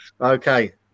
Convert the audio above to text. Okay